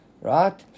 Right